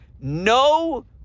no